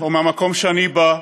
או מהמקום שאני בא,